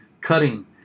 cutting